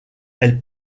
elles